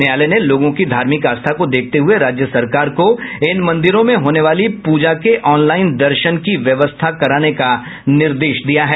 न्यायालय ने लोगों की धार्मिक आस्था को देखते हये राज्य सरकार को इन मंदिरों में होने वाली प्रजा के ऑनलाइन दर्शन की व्यवस्था करने का निर्देश दिया है